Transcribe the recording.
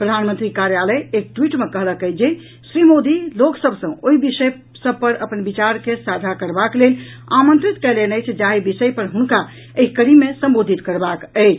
प्रधानमंत्री कार्यालय एक ट्वीट मे कहलक अछि जे श्री मोदी लोक सभ सॅ ओहि विषय सभ पर अपन विचार के साझा करबाक लेल आमंत्रित कयलनि अछि जाहि विषय पर हुनका एहि कड़ी मे संबोधित करबाक अछि